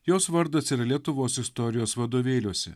jos vardas ir lietuvos istorijos vadovėliuose